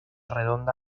redonda